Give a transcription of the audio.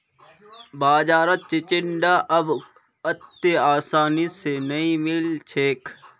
बाजारत चिचिण्डा अब अत्ते आसानी स नइ मिल छेक